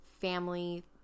family